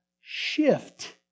shift